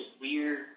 weird